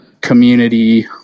community